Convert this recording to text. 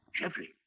Jeffrey